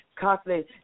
constantly